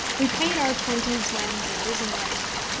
we paid our twenty zwanzigers and went on,